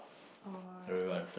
or